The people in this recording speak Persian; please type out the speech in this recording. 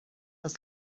است